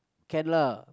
can lah